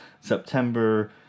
September